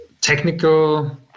technical